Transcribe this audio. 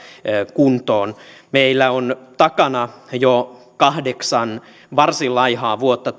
kuntoon meillä on takana jo kahdeksan varsin laihaa vuotta